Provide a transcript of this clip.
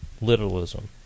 literalism